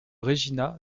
regina